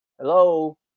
Hello